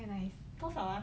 very nice